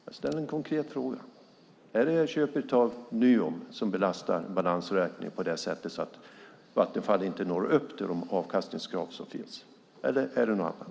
Jag ställer en konkret fråga: Är det köpet av Nuon som belastar balansräkningen på ett sådant sätt att Vattenfall inte når upp till de avkastningskrav som finns, eller är det något annat?